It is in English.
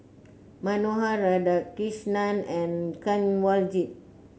Manohar Radhakrishnan and Kanwaljit